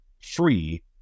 free